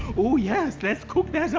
oh, yes, let's cook that so